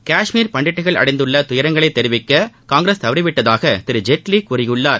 காஷ்மீர் பண்டிட்டுகள் அடைந்துள்ள துயரங்களை தெரிவிக்க காங்கிரஸ் தவறிவிட்டதாக திரு ஜேட்வி கூறியுள்ளார்